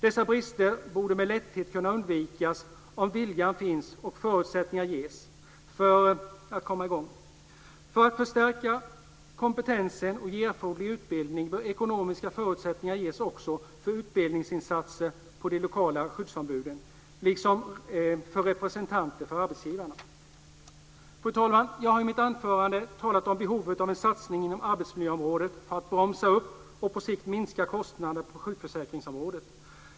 Dessa brister borde med lätthet kunna undvikas om viljan finns och förutsättningar ges för att komma i gång. För att förstärka kompetensen och ge erforderlig utbildning bör ekonomiska förutsättningar ges också för utbildningsinsatser för de lokala skyddsombuden liksom för representanter för arbetsgivaren. Fru talman! Jag har i mitt anförande talat om behovet av en satsning inom arbetsmiljöområdet för att bromsa upp och på sikt minska kostnader på sjukförsäkringsområdet.